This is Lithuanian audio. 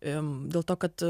em dėl to kad